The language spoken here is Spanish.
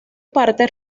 parte